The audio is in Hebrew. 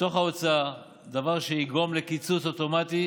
לתוך ההוצאה, דבר שיגרום לקיצוץ אוטומטי